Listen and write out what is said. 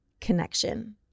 connection